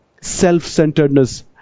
self-centeredness